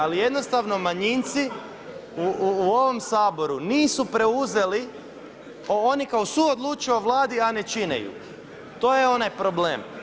Ali jednostavno manjinci u ovom Saboru nisu preuzeli, oni kao suodlučuju o Vladi a ne čine ju, to je onaj problem.